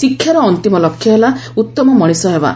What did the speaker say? ଶିକ୍ଷାର ଅନ୍ତିମ ଲକ୍ଷ୍ୟ ହେଲା ଉତ୍ତମ ମଣିଷ ହେବା